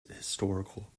historical